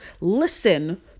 listen